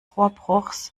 rohrbruchs